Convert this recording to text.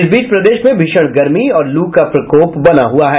इस बीच प्रदेश में भीषण गर्मी और लू का प्रकोप बना हुआ है